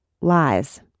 lies